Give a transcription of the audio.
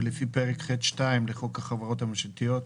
ולפי פרק ח2 לחוק החברות הממשלתיות,